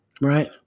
Right